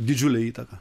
didžiulę įtaką